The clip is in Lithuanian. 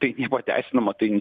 tai nepateisinama tai